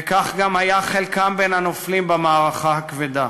וכך גם היה חלקם בין הנופלים במערכה הכבדה.